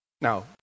Now